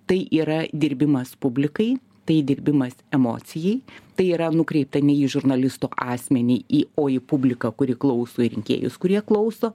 tai yra dirbimas publikai tai dirbimas emocijai tai yra nukreipta ne į žurnalisto asmenį į o į publiką kuri klauso į rinkėjus kurie klauso